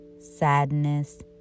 sadness